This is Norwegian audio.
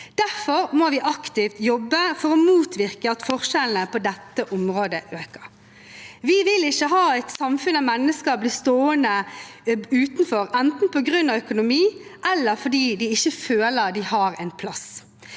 Derfor må vi aktivt jobbe for å motvirke at forskjellene på dette området øker. Vi vil ikke ha et samfunn der mennesker blir stående utenfor enten på grunn av økonomi eller fordi de føler at de ikke har en plass.